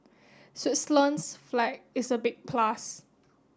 Switzerland's flag is a big plus